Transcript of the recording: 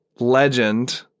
Legend